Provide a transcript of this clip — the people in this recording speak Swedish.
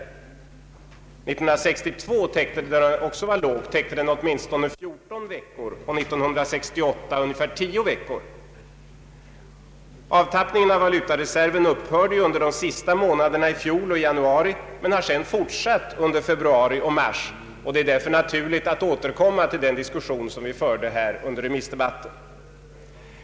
År 1962, då den också var låg, täckte den åtminstone 14 veckor och 1968 ungefär 10 veckor. Avtappningen av valutareserven upphörde under de sista månaderna i fjol och i januari, men har sedan fortsatt under februari och mars. Det är därför naturligt att återkomma till den diskussion vi förde här under remissdebatten.